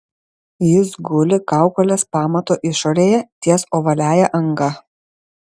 jis guli kaukolės pamato išorėje ties ovaliąja anga